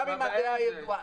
גם אם הדעה ידועה,